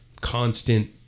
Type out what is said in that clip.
constant